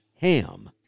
ham